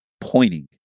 pointing